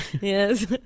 Yes